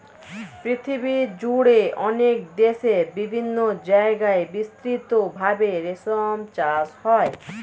পৃথিবীজুড়ে অনেক দেশে বিভিন্ন জায়গায় বিস্তৃত ভাবে রেশম চাষ হয়